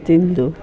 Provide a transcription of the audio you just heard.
ತಿಂದು